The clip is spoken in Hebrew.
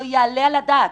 לא יעלה על הדעת.